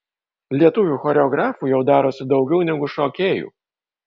lietuvių choreografų jau darosi daugiau negu šokėjų